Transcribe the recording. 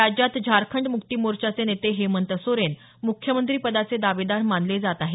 राज्यात झारखंड मुक्ती मोर्चाचे नेते हेमंत सोरेन मुख्यमंत्रीपदाचे दावेदार मानले जात आहेत